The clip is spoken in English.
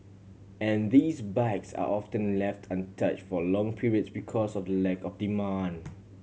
and these bikes are often left untouch for long periods because of the lack of demand